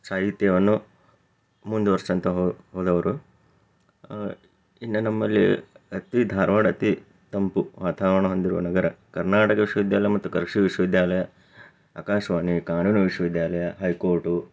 ಸಾಹಿತ್ಯವನ್ನು ಮುಂದುವರ್ಸಂತ ಹೊ ಹೋದವರು ಇನ್ನು ನಮ್ಮಲ್ಲಿ ಅತಿ ಧಾರವಾಡ ಅತಿ ತಂಪು ವಾತಾವರಣ ಹೊಂದಿರುವ ನಗರ ಕರ್ನಾಟಕ ವಿಶ್ವವಿದ್ಯಾಲಯ ಮತ್ತು ಕೃಷಿ ವಿಶ್ವವಿದ್ಯಾಲಯ ಆಕಾಶವಾಣಿ ಕಾನೂನು ವಿಶ್ವವಿದ್ಯಾಲಯ ಹೈ ಕೋರ್ಟು